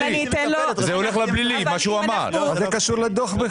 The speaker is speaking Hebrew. מה זה קשור לדוח בכלל?